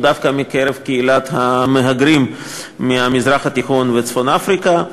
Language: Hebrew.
דווקא מקרב קהילת המהגרים מהמזרח התיכון וצפון-אפריקה.